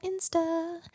Insta